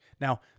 Now